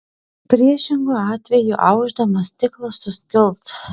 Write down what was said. priešingu atveju aušdamas stiklas suskils